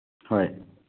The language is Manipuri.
ꯍꯣꯏ